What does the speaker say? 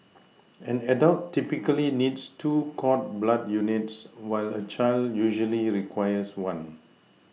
an adult typically needs two cord blood units while a child usually requires one